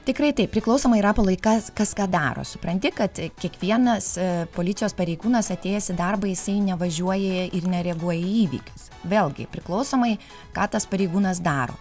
tikrai taip priklausomai rapolai kas kas ką daro supranti kad kiekvienas policijos pareigūnas atėjęs į darbą jisai nevažiuoja ir nereaguoja į įvykius vėlgi priklausomai ką tas pareigūnas daro